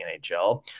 NHL